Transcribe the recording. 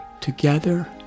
Together